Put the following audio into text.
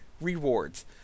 rewards